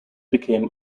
became